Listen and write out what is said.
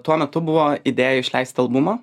tuo metu buvo idėja išleisti albumą